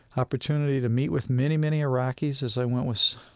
opportunity to meet with many, many iraqis as i went with,